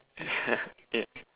yeah